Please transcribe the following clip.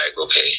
okay